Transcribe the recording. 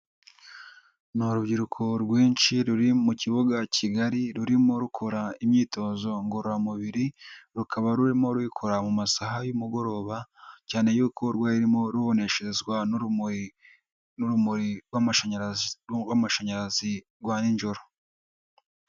Ni urubyiruko rwinshi ruri mu kibuga kigari rurimo rukora imyitozo ngororamubiri, rukaba rurimo ruyikora mu masaha y'umugoroba, cyane y'uko rwarimo ruboneshezwa n'urumuri rw'amashanyarazi rw'amashanyarazi rwa nijoro.